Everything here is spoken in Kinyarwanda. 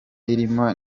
irimo